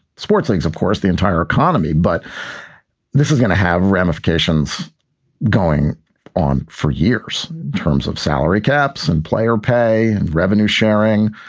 sports leagues, of course, the entire economy. but this is going to have ramifications going on for years in terms of salary caps and player pay and revenue sharing.